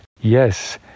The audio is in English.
Yes